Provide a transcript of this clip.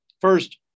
First